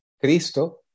Cristo